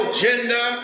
gender